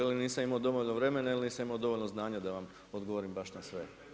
Ili nisam imao dovoljno vremena ili nisam imao dovoljno znanja da vam odgovorim baš na sve.